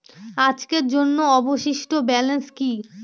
আজকের জন্য অবশিষ্ট ব্যালেন্স কি?